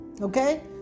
Okay